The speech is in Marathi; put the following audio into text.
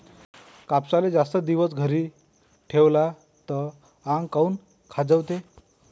कापसाले जास्त दिवस घरी ठेवला त आंग काऊन खाजवते?